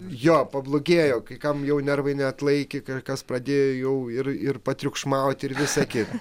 jo pablogėjo kai kam jau nervai neatlaikė kas pradėjo jau ir ir patriukšmauti ir visa kita